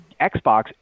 Xbox